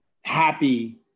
happy